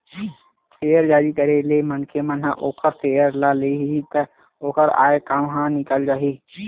share जारी करे ले मनखे मन ह ओखर सेयर ल ले लिही त ओखर आय काम ह निकल जाही